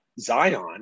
Zion